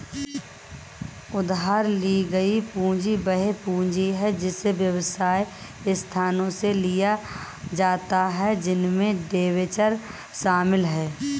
उधार ली गई पूंजी वह पूंजी है जिसे व्यवसाय संस्थानों से लिया जाता है इसमें डिबेंचर शामिल हैं